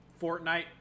Fortnite